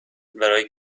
برای